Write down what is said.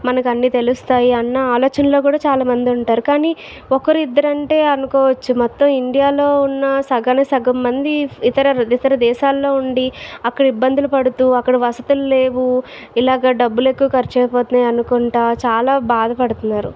మనకి అన్ని తెలుస్తాయి అన్న ఆలోచనలో కూడా చాలామంది ఉంటారు కానీ ఒక్కరు ఇద్దరూ అంటే అనుకోవచ్చు మొత్తం ఇండియాలో ఉన్న సగానికి సగం మంది ఇతర ఇతర దేశాల్లో ఉండి అక్కడ ఇబ్బందులు పడుతూ అక్కడ వసతులు లేవు ఇలాగ డబ్బులు ఎక్కువగా ఖర్చు అయిపోతున్నాయి అనుకుంటు చాలా బాధపడుతున్నారు